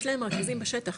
יש להם אנשים בשטח,